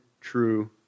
true